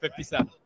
57